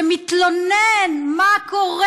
שמתלונן: מה קורה?